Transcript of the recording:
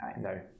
No